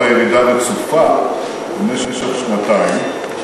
חלה ירידה רצופה במשך שנתיים.